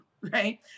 right